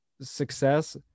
success